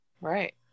Right